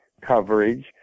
coverage